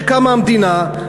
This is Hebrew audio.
כשקמה המדינה,